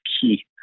key